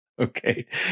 Okay